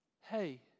Hey